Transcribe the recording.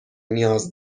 نیاز